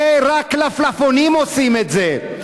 זה רק לפלאפונים עושים את זה.